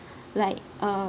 like uh